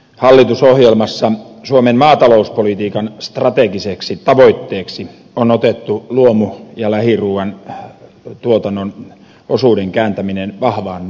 hallitusohjelmassa suomen maatalouspolitiikan strategiseksi tavoitteeksi on otettu luomu ja lähiruuan tuotannon osuuden kääntäminen vahvaan nousuun